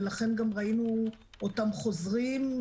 ולכן גם ראינו אותם חוזרים,